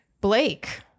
Blake